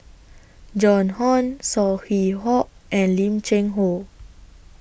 Joan Hon Saw Hock and Lim Cheng Hoe